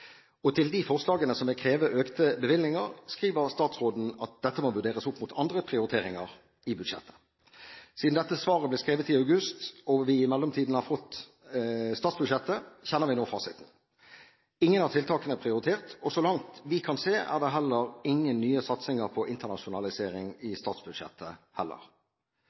Og til de forslagene som vil kreve økte bevilgninger, skriver statsråden at dette må vurderes opp mot andre prioriteringer i budsjettet. Siden dette svaret ble skrevet i august, og vi i mellomtiden har fått statsbudsjettet, kjenner vi nå fasiten. Ingen av tiltakene er prioritert, og så langt vi kan se, er det heller ingen nye satsinger på internasjonalisering i statsbudsjettet.